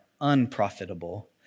unprofitable